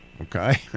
Okay